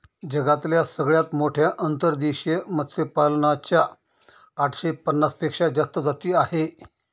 जगातल्या सगळ्यात मोठ्या अंतर्देशीय मत्स्यपालना च्या आठशे पन्नास पेक्षा जास्त जाती आहे